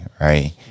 right